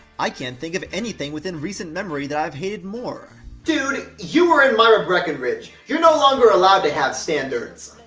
i can't think of anything within recent memory that i have hated more. dude, you were in myra breckinridge. you're no longer allowed to have standards.